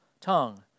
tongue